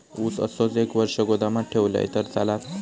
ऊस असोच एक वर्ष गोदामात ठेवलंय तर चालात?